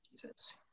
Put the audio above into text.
Jesus